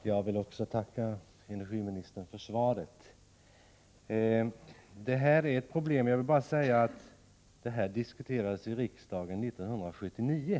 Herr talman! Även jag tackar energiministern för svaret. Det här med kraftledningarna är ett problem och samma fråga diskuteradesi riksdagen 1979.